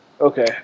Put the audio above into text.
Okay